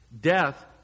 Death